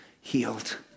healed